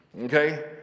Okay